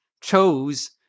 chose